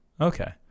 Okay